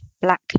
black